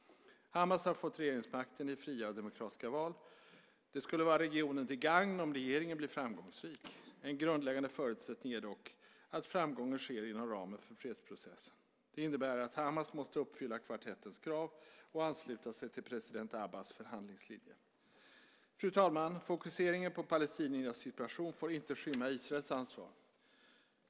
Hamas har fått regeringsmakten i fria och demokratiska val. Det skulle vara regionen till gagn om regeringen blir framgångsrik. En grundläggande förutsättning är dock att framgången sker inom ramen för fredsprocessen. Det innebär att Hamas måste uppfylla kvartettens krav och ansluta sig till president Abbas förhandlingslinje. Fru talman! Fokuseringen på palestiniernas situation får inte skymma Israels ansvar.